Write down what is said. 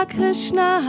Krishna